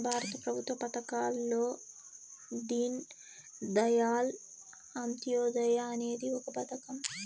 భారత ప్రభుత్వ పథకాల్లో దీన్ దయాళ్ అంత్యోదయ అనేది ఒక పథకం